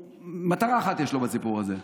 מטרה אחת יש לו בסיפור הזה.